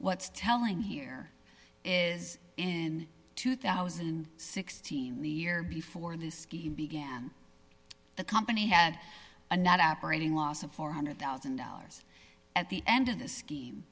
what's telling here is in two thousand and sixteen the year before this scheme began the company had a not operating loss of four hundred thousand dollars at the end of the scheme